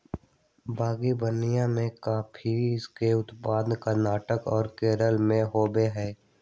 बागवनीया में कॉफीया के उत्पादन कर्नाटक और केरल में होबा हई